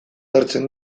hartzen